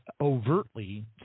overtly